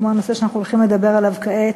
כמו הנושא שאנחנו הולכים לדבר עליו כעת,